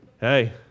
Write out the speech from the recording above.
Hey